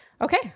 Okay